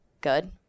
good